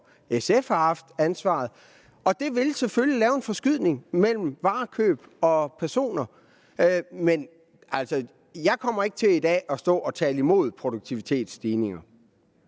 SF har haft ansvaret. Det vil selvfølgelig lave en forskydning mellem udgifter til varekøb og antal personer. Men jeg kommer ikke til i dag at stå og tale imod produktivitetsstigninger.